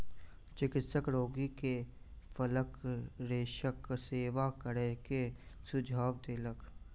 चिकित्सक रोगी के फलक रेशाक सेवन करै के सुझाव देलक